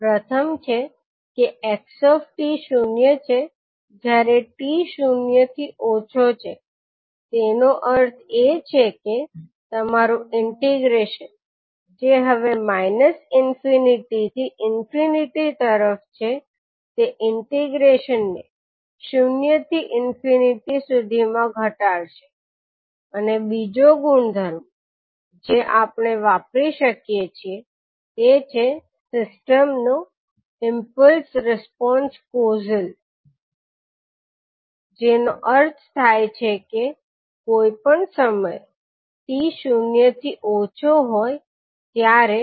પ્રથમ છે કે 𝑥 શૂન્ય છે જયારે t શૂન્યથી ઓછો છે તેનો અર્થ એ છે કે તમારું ઈન્ટીગ્રૅશન જે હવે માઇનસ ઇન્ફીનિટી થી ઇન્ફીનિટી તરફ છે તે ઈન્ટીગ્રૅશન ને શૂન્યથી ઇન્ફીનિટી સુધી માં ઘટાડશે અને બીજો ગુણધર્મ જે આપણે વાપરી શકીએ છીએ તે છે સિસ્ટમ નો ઈમ્પલ્સ રિસ્પોન્સ કોઝલ છે જેનો અર્થ થાય છે કોઈ પણ સમયે t શૂન્યથી ઓછો હોય ત્યારે ℎ𝑡 0